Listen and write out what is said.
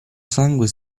sangue